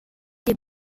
des